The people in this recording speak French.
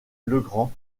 legrand